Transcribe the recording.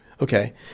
Okay